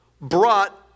brought